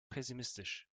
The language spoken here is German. pessimistisch